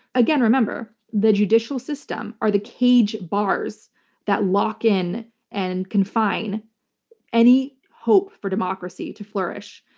again, remember the judicial system are the cage bars that lock in and confine any hope for democracy to flourish,